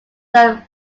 san